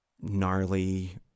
gnarly